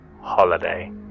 Holiday